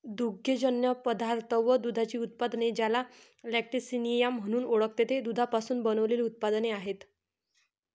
दुग्धजन्य पदार्थ व दुधाची उत्पादने, ज्याला लॅक्टिसिनिया म्हणून ओळखते, ते दुधापासून बनविलेले उत्पादने आहेत